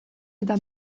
eta